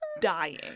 Dying